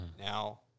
Now